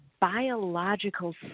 biological